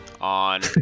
On